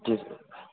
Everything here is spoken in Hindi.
जी सर